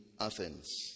Athens